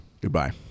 Goodbye